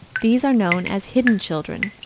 these are known as hidden children,